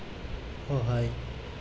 সহায়